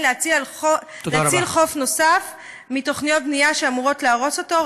להציל חוף נוסף מתוכניות בנייה שאמורות להרוס אותו.